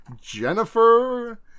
Jennifer